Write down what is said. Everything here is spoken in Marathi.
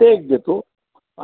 ते एक देतो